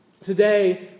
Today